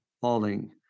falling